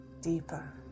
Deeper